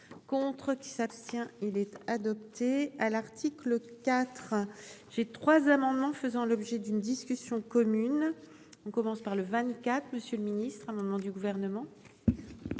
Contre qui s'abstient. Il était adopté, à l'article 4, j'ai trois amendements faisant l'objet d'une discussion commune. On commence par le 24. Monsieur le ministre à moment du gouvernement.